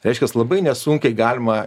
reiškias labai nesunkiai galima